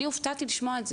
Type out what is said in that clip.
אני הופתעתי לשמוע את זה.